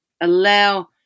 allow